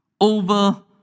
over